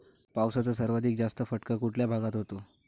पावसाचा सर्वाधिक जास्त फटका कुठल्या भागात होतो?